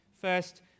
First